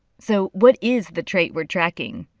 so what is the trait we're tracking?